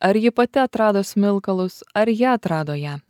ar ji pati atrado smilkalus ar jie atrado ją